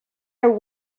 her